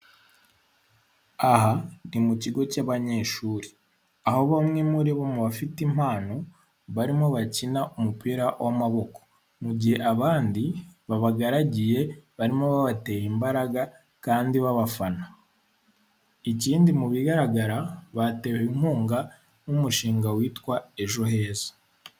Aha ni mu kigo cy'abanyeshuri, aho bamwe muri bo mu bafite impano barimo bakina umupira w'amaboko. Mu gihe abandi babagaragiye barimo babateraimbaraga kandi babafana. Ikindi mu bigaragara batewe inkunga n'umushinga witwa Ejo heza.